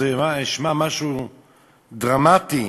זה נשמע משהו דרמטי,